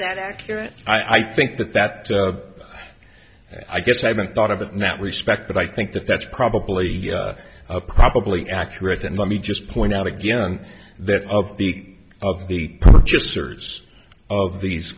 that accurate i think that that i guess i haven't thought of it that respect but i think that that's probably probably accurate and let me just point out again that of the of the purchasers of these